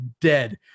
dead